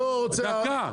דקה.